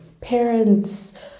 parents